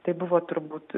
tai buvo turbūt